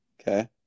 Okay